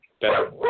better